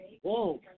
Whoa